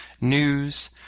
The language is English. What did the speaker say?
news